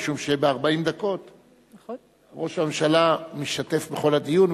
משום שב-40 חתימות ראש הממשלה משתתף בכל הדיון,